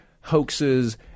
hoaxes